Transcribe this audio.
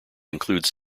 includes